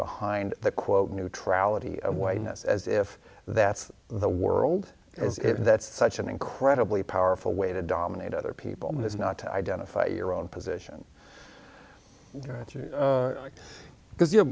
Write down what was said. behind the quote neutrality of whiteness as if that's the world that's such an incredibly powerful way to dominate other people is not to identify your own position because you